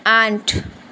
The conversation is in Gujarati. આઠ